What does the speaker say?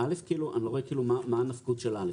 אני לא רואה מה הנפקות של (א).